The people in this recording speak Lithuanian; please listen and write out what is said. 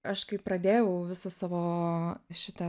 aš kai pradėjau visą savo šitą